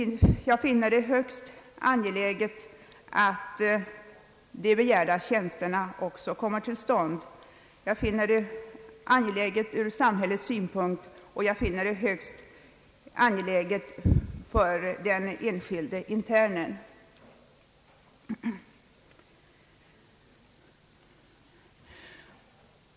Jag finner det högst angeläget att de begärda tjänsterna också kommer till stånd — angeläget ur samhällets synpunkt och högst angeläget för den enskilde internen.